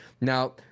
Now